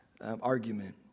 argument